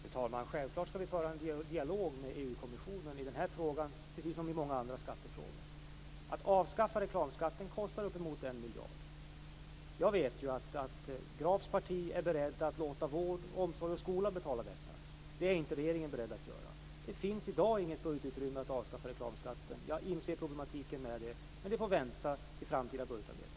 Fru talman! Självfallet skall vi föra en dialog med EU-kommissionen i den här frågan precis om i många andra skattefrågor. Att avskaffa reklamskatten kostar uppemot en miljard. Jag vet att Grafs parti är berett att låta vård, omsorg och skola betala detta. Det är inte regeringen beredd att göra. Det finns inte i dag något budgetutrymme för att betala reklamskatten. Jag inser problematiken, men det får vänta till framtida budgetarbete.